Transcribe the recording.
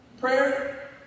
prayer